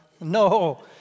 No